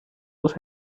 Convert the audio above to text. aos